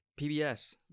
pbs